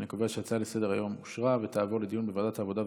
אני קובע שההצעה לסדר-היום אושרה ותעבור לדיון בוועדת העבודה,